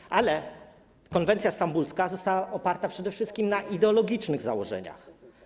Chodzi o to, że konwencja stambulska została oparta przede wszystkim na ideologicznych założeniach.